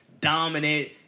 dominant